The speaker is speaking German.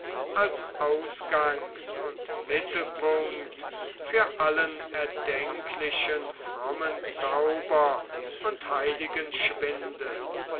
als ausgangs und mittelpunkt für allen erdenklichen frommen zauber und heiligen schwindel